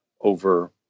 over